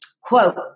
Quote